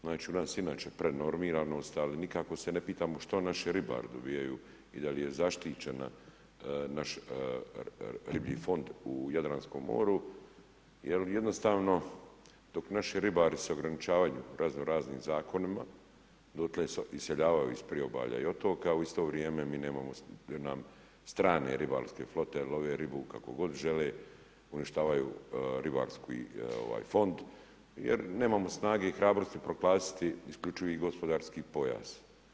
Znači, u nas je inače prenormiranost, ali nikako se ne pitamo što naši ribari dobijaju i da li je zaštićena riblji fond u Jadranskom moru jer jednostavno dok naši ribari se ograničavaju razno-raznim zakonima, dotle iseljavaju iz priobalja i otoka, a u isto vrijeme mi nemamo nam strane ribarske flote love ribu kako god žele, uništavaju ribarski fond jer nemamo snage i hrabrosti proglasiti isključivi gospodarski pojas.